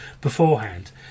beforehand